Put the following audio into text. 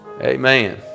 Amen